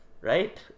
right